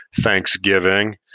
Thanksgiving